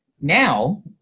Now